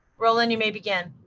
roland, you may begin.